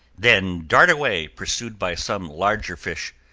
then dart away pursued by some larger fish,